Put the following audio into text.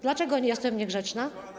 Dlaczego jestem niegrzeczna?